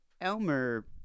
Elmer